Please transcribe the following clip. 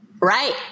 Right